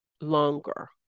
longer